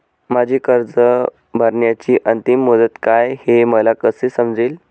माझी कर्ज भरण्याची अंतिम मुदत काय, हे मला कसे समजेल?